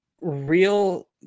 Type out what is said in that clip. real